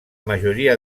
majoria